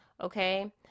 okay